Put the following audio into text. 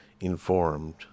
informed